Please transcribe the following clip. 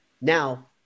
Now